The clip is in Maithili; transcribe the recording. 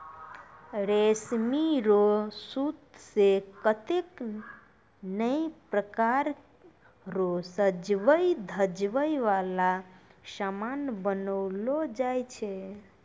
रेशमी रो सूत से कतै नै प्रकार रो सजवै धजवै वाला समान बनैलो जाय छै